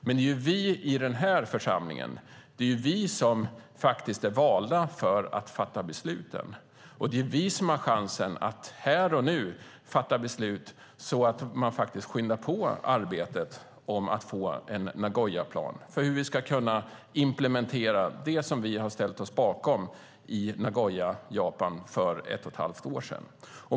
Men det är vi i den här församlingen som är valda för att fatta besluten. Det är vi som har chansen att här och nu fatta beslut så att man skyndar på arbetet med att få en plan för hur vi ska kunna implementera det som vi har ställt oss bakom i Nagoya i Japan för ett och ett halvt år sedan.